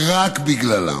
ורק בגללם,